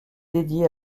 dédiée